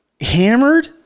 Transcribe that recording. hammered